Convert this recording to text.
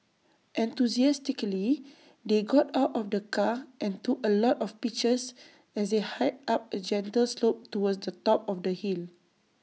enthusiastically they got out of the car and took A lot of pictures as they hiked up A gentle slope towards the top of the hill